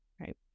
right